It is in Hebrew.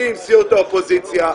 שלי עם סיעות האופוזיציה,